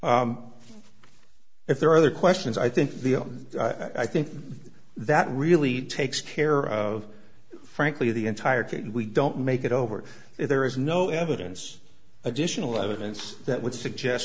q if there are other questions i think the i think that really takes care of frankly the entire thing we don't make it over there is no evidence additional evidence that would suggest